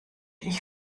ich